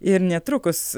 ir netrukus